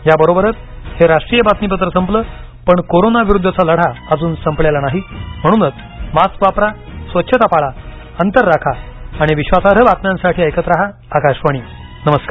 या बरोबरच हे राष्ट्रीय बातमीपत्र संपल पण कोरोनाविरुद्धचा लढा अजून संपलेला नाही म्हणूनच मास्क वापरा स्वच्छता पाळा अंतर राखा आणि विश्वासार्ह बातम्यांसाठी ऐकत रहा आकाशवाणी नमस्कार